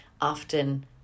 Often